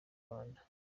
rwanda